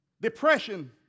Depression